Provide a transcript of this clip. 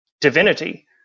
divinity